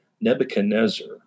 Nebuchadnezzar